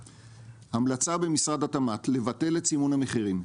ההמלצה במשרד התמ"ת לבטל את סימון המחירים,